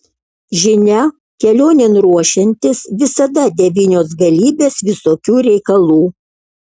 žinia kelionėn ruošiantis visada devynios galybės visokių reikalų